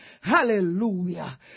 Hallelujah